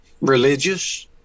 religious